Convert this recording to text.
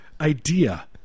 idea